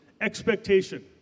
Expectation